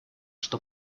что